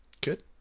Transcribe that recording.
Good